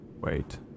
wait